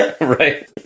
Right